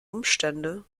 umstände